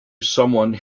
someone